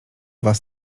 was